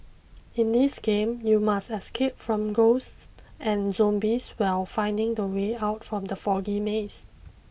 in this game you must escape from ghosts and zombies while finding the way out from the foggy maze